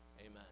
Amen